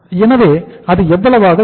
எனவே அது எவ்வளவாக இருக்கும்